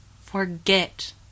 Forget